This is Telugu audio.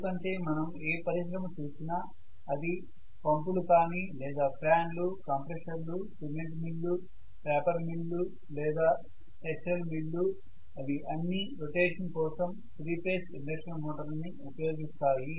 ఎందుకంటే మనం ఏ పరిశ్రమను చూసినా అది పంపులు కానీ లేదా ఫ్యాన్లు కంప్రెషర్లు సిమెంట్ మిల్లు పేపర్ మిల్లు లేదా టెక్స్టైల్ మిల్లు అవి అన్నీ రొటేషన్ కోసం 3 ఫేజ్ ఇండక్షన్ మోటార్లని ఉపయోగిస్తాయి